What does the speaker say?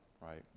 right